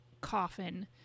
coffin